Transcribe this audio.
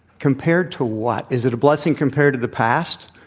compared to what? is it a blessing compared to the past?